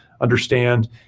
understand